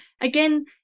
again